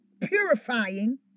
purifying